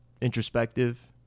introspective